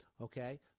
okay